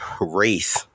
race